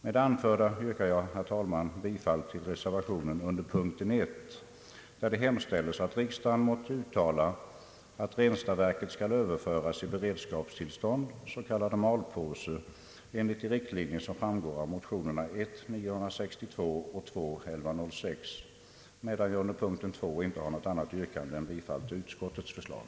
Med det anförda yrkar jag, herr talman, bifall till reservationen under punkten 1, där det hemställes att riksdagen måtte uttala att Ranstadsverket skall överföras i beredskapstillstånd, s.k. malpåse, enligt de riktlinjer som framgår av motionerna I1:962 och II: 1106, medan jag under punkten 2 inte har något annat yrkande än bifall till utskottets förslag.